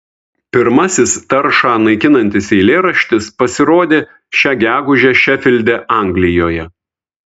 pirmasis taršą naikinantis eilėraštis pasirodė šią gegužę šefilde anglijoje